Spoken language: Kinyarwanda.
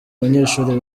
abanyeshuri